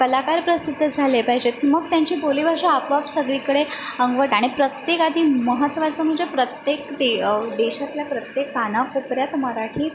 कलाकार प्रसिद्ध झाले पाहिजेत मग त्यांची बोलीभाषा आपोआप सगळीकडे अंगवट आणि प्रत्येकातील महत्त्वाचं म्हणजे प्रत्येक दे देशातल्या प्रत्येक कानाकोपऱ्यात मराठी